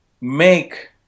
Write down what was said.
make